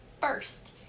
first